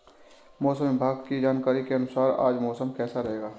मौसम विभाग की जानकारी के अनुसार आज मौसम कैसा रहेगा?